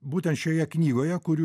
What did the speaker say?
būtent šioje knygoje kuriu